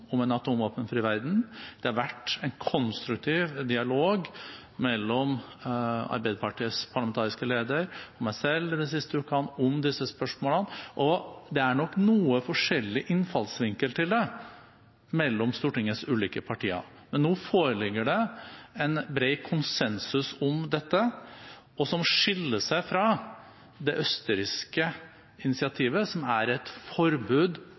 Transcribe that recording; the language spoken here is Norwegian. om en atomvåpenfri verden. Det har de siste ukene vært en konstruktiv dialog mellom Arbeiderpartiets parlamentariske leder og meg selv om disse spørsmålene, og det er nok noe forskjellig innfallsvinkel til det blant Stortingets ulike partier. Men nå foreligger det en bred konsensus om dette som skiller seg fra det østerrikske initiativet, som er et forbud